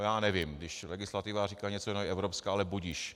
Já nevím, když legislativa říká něco jako evropská, ale budiž.